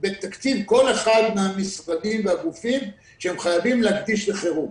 בתקציב כל אחד מהמשרדים והגופים שהם חייבים להקדיש לחירום.